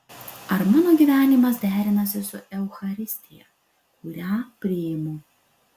ar mano gyvenimas derinasi su eucharistija kurią priimu